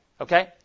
okay